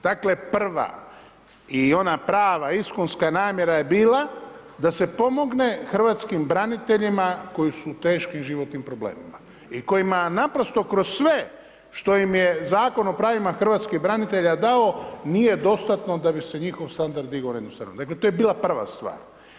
Dakle prva i ona prava iskonska namjera je bila da se pomogne hrvatskim braniteljima koji su u teškim životnim problemima i kojima naprosto kroz sve što im je Zakon o pravima hrvatskih branitelja dao nije dostatno da bi se njihov standard digo ... Dakle, to je bila prva stvar.